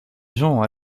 gens